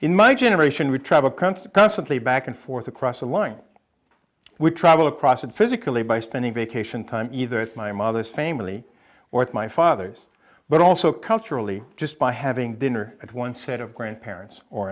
in my generation we travelled cunts to constantly back and forth across the line we travel across and physically by spending vacation time either at my mother's family or at my father's but also culturally just by having dinner at one set of grandparents or